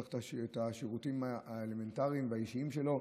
הוא צריך את השירותים האלמנטריים והאישיים שלו.